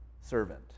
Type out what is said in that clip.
servant